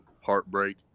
heartbreak